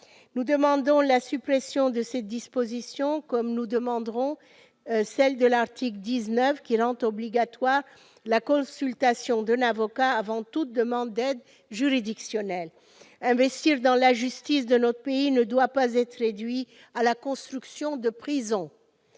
Nous demandons la suppression de cette disposition, comme nous demanderons celle de l'article 19, qui rend obligatoire la consultation d'un avocat avant toute demande d'aide juridictionnelle. Investir dans la justice de notre pays ne doit pas se réduire à construire des prisons.